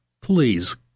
please